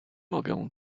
mogę